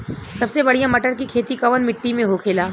सबसे बढ़ियां मटर की खेती कवन मिट्टी में होखेला?